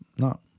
No